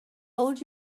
hold